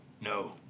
No